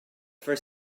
for